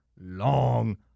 long